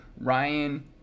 ryan